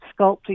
sculpting